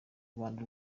rwanda